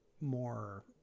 more